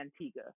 Antigua